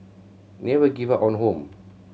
never give up on home